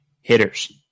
hitters